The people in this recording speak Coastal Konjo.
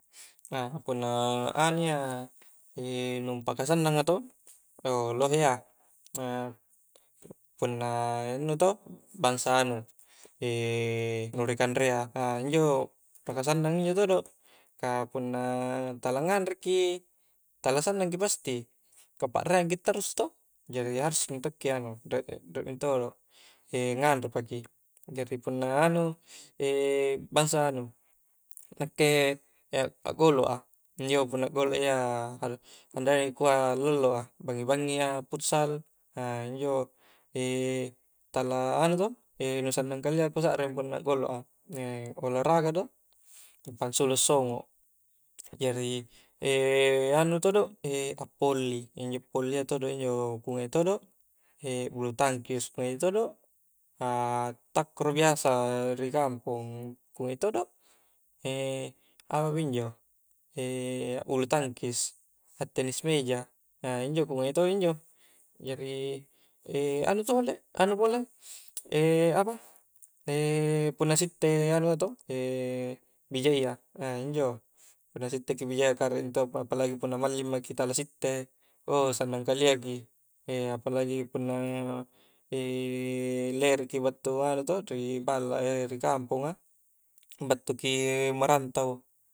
punna anu ia nu paka sannang a toh lohe iya punna nu pakasannang atoh, lohe ia, punna anu toh, bangsa anu, nu ri kanrea, injo paka sannnang injo todo, ka punna tala nganreki tala sannang ki pasti kapakreang ki tarrusu toh, jari harus mentokki anu riek-riek mentodo nganre paki jari punna anu bangsa anu, nakke akgolo a injo punna golok iya andana ja angkua allo-alloa bangngi-bangi a futsal, a injo tala anu to nu sannang kalia a kusakrik punna golok a olahraga toh, pansuluk songo, jari anu todo a volly iya injo volly a todo injo kungai todo, bulu tangkis kungai todo, a takkro biasa rikampong kungai todo, apa pi injo, bulutangkis a tenis meja a injo kungai todo injo, jari anu to anu pole apa punna sitte anua toh bijayya a injo punna sitte ki bijayya kare intua apalagi punna malling maki tala sitte, o sannang kalia ki, apalagi punna lereki battu anu to ri ballak, rikampong a, battuki merantau